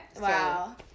Wow